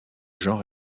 genre